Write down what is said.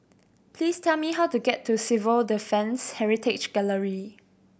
please tell me how to get to Civil Defence Heritage Gallery